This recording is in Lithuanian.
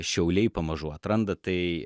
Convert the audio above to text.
šiauliai pamažu atranda tai